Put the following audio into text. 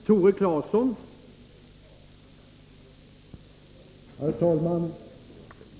Herr talman!